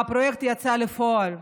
והפרויקט יצא לפועל.